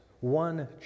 one